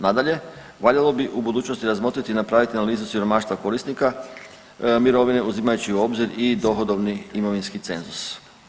Nadalje, valjalo bi u budućnosti razmotriti i napraviti analizu siromaštva korisnika mirovine uzimajući u obzir i dohodovni imovinski cenzus.